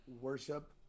Worship